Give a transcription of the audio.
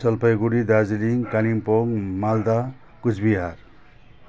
Jalpaiguri Darjeeling Kalimpong Malda Cooch Behar